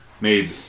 made